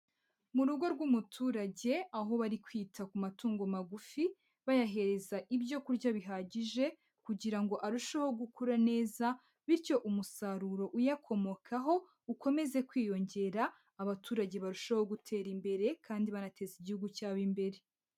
Mu rugo rw'umuturage aho bari kwita ku matungo magufi, bayahereza ibyo kurya bihagije kugira ngo arusheho gukura neza bityo umusaruro uyakomokaho ukomeze kwiyongera, abaturage barusheho gutera imbere kandi banateza Igihugu cyabo imbere.